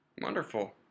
Wonderful